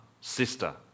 sister